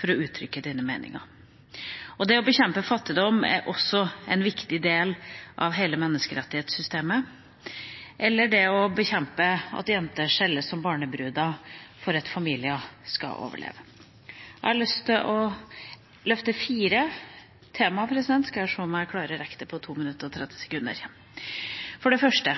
for å uttrykke sine meninger. Det å bekjempe fattigdom er også en viktig del av hele menneskerettighetssystemet – eller det å bekjempe at jenter selges som barnebruder for at familien skal overleve. Jeg har lyst til å løfte fire temaer – så skal jeg se om jeg klarer å rekke det på 2 minutter og 30 sekunder. For det første: